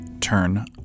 turn